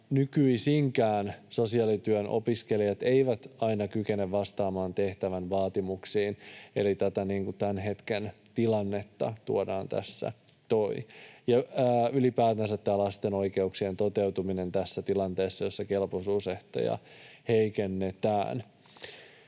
Nykyisinkään sosiaalityön opiskelijat eivät aina kykene vastaamaan tehtävän vaatimuksiin. Eli tätä tämän hetken tilannetta ja ylipäätänsä lasten oikeuksien toteutumista tuodaan esiin tässä tilanteessa, jossa kelpoisuusehtoja heikennetään.